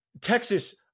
Texas